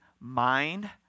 mind